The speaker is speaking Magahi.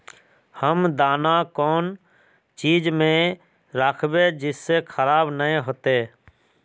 हम दाना कौन चीज में राखबे जिससे खराब नय होते?